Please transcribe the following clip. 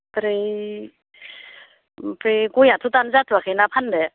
ओमफ्राय ओमफ्राय गयाथ' दानो जाथ'वाखै ना फान्नो